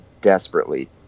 desperately